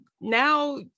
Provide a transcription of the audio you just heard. Now